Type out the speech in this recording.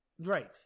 Right